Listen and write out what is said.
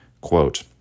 Quote